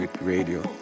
radio